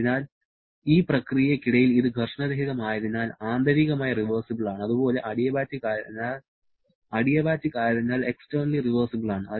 അതിനാൽ ഈ പ്രക്രിയയ്ക്കിടയിൽ ഇത് ഘർഷണരഹിതമായതിനാൽ ആന്തരികമായി റിവേഴ്സിബൽ ആണ് അതുപോലെ അഡിയബാറ്റിക് ആയതിനാൽ എക്സ്റ്റെർണലി റിവേഴ്സിബൽ ആണ്